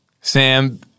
Sam